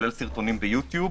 כולל סרטונים ביוטיוב,